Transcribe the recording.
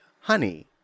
honey